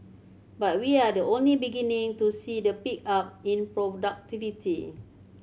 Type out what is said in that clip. but we are the only beginning to see the pickup in productivity